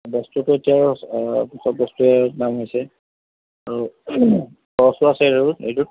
বস্তুটো এতিয়া আৰু চব বস্তুৱে দাম হৈছে আৰু খৰচো আছে আৰু এইটোত